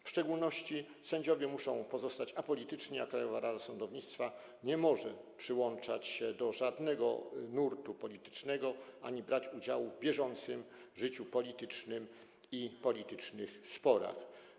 W szczególności sędziowie muszą pozostać apolityczni, a Krajowa Rada Sądownictwa nie może przyłączać się do żadnego nurtu politycznego ani brać udziału w bieżącym życiu politycznym i politycznych sporach.